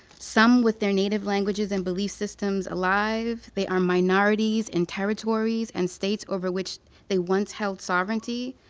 some with their native languages and belief systems alive, they are minorities in territories and states over which they once held sovereignty.